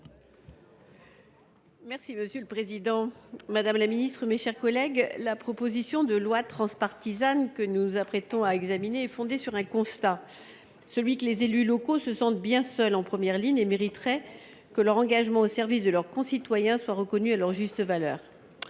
parole est à Mme Hélène Conway Mouret, sur l’article. La proposition de loi transpartisane que nous nous apprêtons à examiner est fondée sur un constat, celui que les élus locaux se sentent bien seuls en première ligne et mériteraient que leur engagement au service de leurs concitoyens soit reconnu à sa juste valeur.